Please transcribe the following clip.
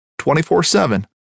24-7